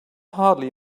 hardly